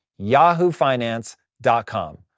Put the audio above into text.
yahoofinance.com